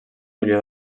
milió